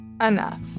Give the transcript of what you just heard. enough